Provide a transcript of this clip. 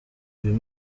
uyu